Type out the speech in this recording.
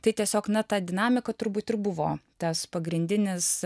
tai tiesiog na ta dinamika turbūt ir buvo tas pagrindinis